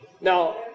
now